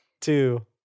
two